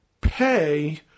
pay